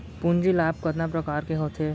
पूंजी लाभ कतना प्रकार के होथे?